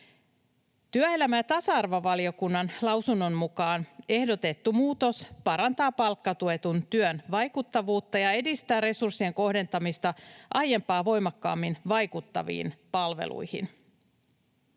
Työelämä- ja tasa-arvovaliokunnan lausunnon mukaan ehdotettu muutos parantaa palkkatuetun työn vaikuttavuutta ja edistää resurssien kohdentamista aiempaa voimakkaammin vaikuttaviin palveluihin.